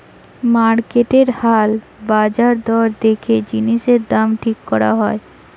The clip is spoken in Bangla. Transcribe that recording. মার্কেটের হাল বাজার দর দেখে জিনিসের দাম ঠিক করা হয়